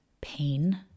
pain